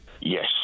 Yes